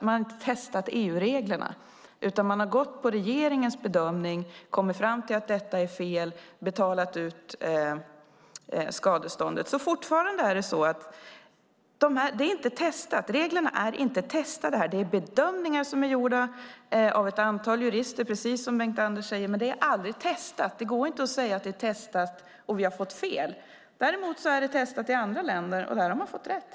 Man hade inte testat EU-reglerna, utan man gick på regeringens bedömning, kom fram till att detta var fel och betalade ut skadeståndet. Fortfarande är det alltså så att reglerna inte är testade. Det är bedömningar som är gjorda av ett antal jurister, precis som Bengt-Anders säger. Det är dock aldrig testat. Det går inte att säga att det är testat och att vi har fått fel. Däremot är det testat i andra länder, och där har man fått rätt.